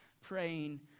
praying